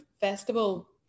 festival